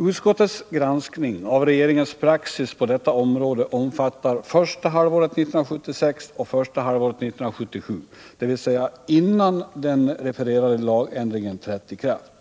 Utskottets granskning av regeringens praxis på detta område omfattar första halvåret 1976 och första halvåret 1977, dvs. innan den refererade lagändringen trätt i kraft.